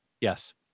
Yes